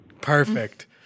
Perfect